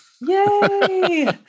Yay